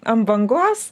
ant bangos